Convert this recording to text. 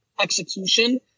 execution